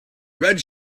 red